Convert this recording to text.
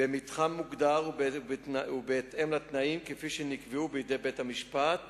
במתחם מוגדר ובהתאם לתנאים שנקבעו בבית-המשפט